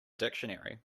dictionary